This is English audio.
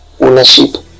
ownership